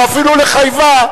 או אפילו לחייבה,